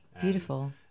Beautiful